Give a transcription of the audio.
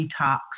detox